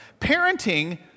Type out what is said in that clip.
Parenting